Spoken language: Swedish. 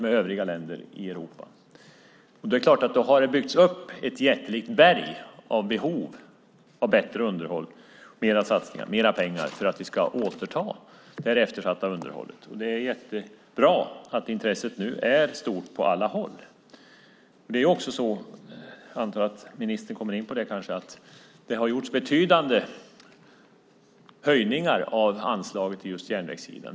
Då har det naturligtvis byggts upp ett jättelikt berg av behov av bättre underhåll, mer satsningar och mer pengar för att vi ska ta itu med det eftersatta underhållet. Det är bra att intresset nu är stort på alla håll. Jag antar att ministern kommer in på att det har gjorts betydande höjningar av anslagen till järnvägssidan.